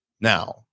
Now